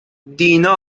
دینا